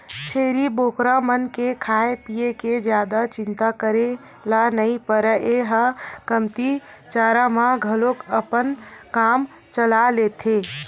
छेरी बोकरा मन के खाए पिए के जादा चिंता करे ल नइ परय ए ह कमती चारा म घलोक अपन काम चला लेथे